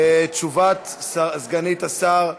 תשובת סגנית השר,